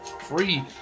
Free